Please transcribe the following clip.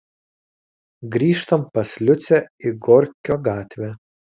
grįžtam pas liucę į gorkio gatvę